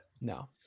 No